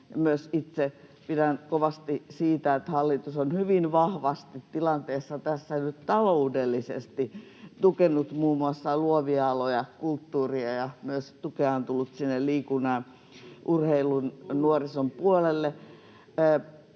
pidän kovasti siitä, että hallitus on hyvin vahvasti tässä tilanteessa nyt taloudellisesti tukenut muun muassa luovia aloja ja kulttuuria, ja tukea on tullut myös sinne liikunnan, urheilun ja nuorison puolelle.